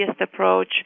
approach